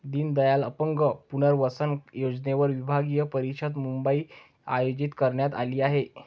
दीनदयाल अपंग पुनर्वसन योजनेवर विभागीय परिषद मुंबईत आयोजित करण्यात आली आहे